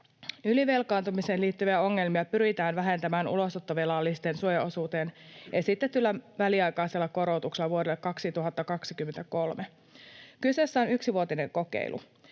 Ylivelkaantumiseen liittyviä ongelmia pyritään vähentämään ulosottovelallisten suojaosuuteen esitetyllä väliaikaisella korotuksella vuodelle 2023. Kyseessä on yksivuotinen kokeilu.